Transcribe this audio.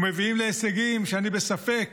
ומביאים להישגים שאני בספק